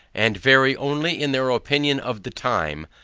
and vary only in their opinion of the time,